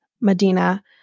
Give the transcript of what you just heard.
Medina